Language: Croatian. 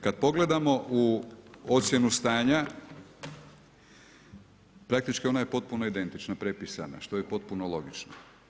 Kad pogledamo u ocjenu stanja praktički ona je potpuno identična, prepisana, što je potpuno logično.